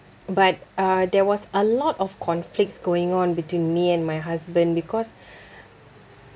but uh there was a lot of conflicts going on between me and my husband because